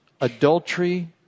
adultery